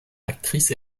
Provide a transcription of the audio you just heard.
actrice